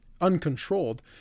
uncontrolled